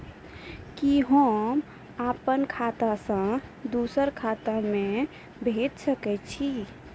कि होम आप खाता सं दूसर खाता मे भेज सकै छी?